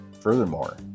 Furthermore